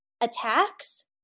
attacks